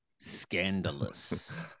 Scandalous